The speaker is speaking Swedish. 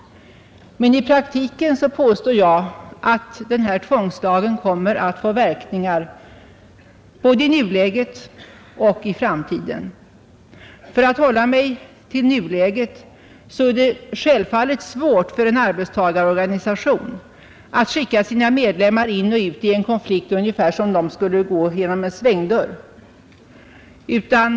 Men i praktiken påstår jag att denna tvångslag kommer att få verkningar både i nuläget och i framtiden. För att hålla mig till nuläget är det självfallet svårt för en arbetstagarorganisation att skicka sina medlemmar in och ut i en konflikt ungefär som om de skulle gå genom en svängdörr.